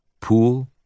Pool